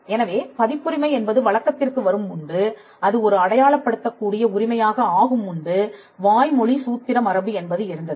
எனவே பதிப்புரிமை என்பது வழக்கத்திற்கு வரும் முன்பு அது ஒரு அடையாளப்படுத்த கூடிய உரிமையாக ஆகும் முன்பு வாய்மொழி சூத்திர மரபு என்பது இருந்தது